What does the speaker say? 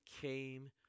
came